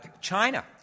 China